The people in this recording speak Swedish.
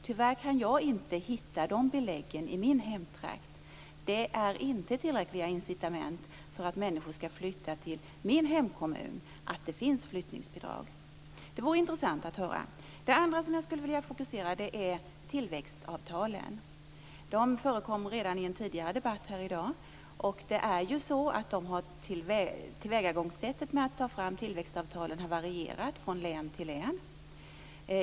Tyvärr kan jag inte hitta de beläggen i min hemtrakt. Flyttningsbidrag är inte tillräckliga incitament för att människor skall flytta till min hemkommun. Det vore intressant att höra vad näringsministern anser. Det andra som jag skulle vilja fokusera på är tillväxtavtalen, som togs upp redan i en tidigare debatt här i dag. Tillvägagångssättet för att ta fram tillväxtavtalen har varierat från län till län.